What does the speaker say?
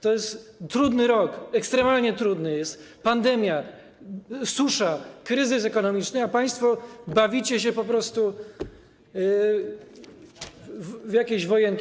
To jest trudny rok, ekstremalnie trudny, jest pandemia, susza, kryzys ekonomiczny, a państwo bawicie się po prostu w jakieś wojenki.